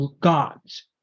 gods